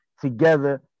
together